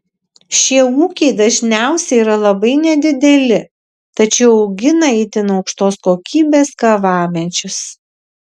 šie ūkiai dažniausiai yra labai nedideli tačiau augina itin aukštos kokybės kavamedžius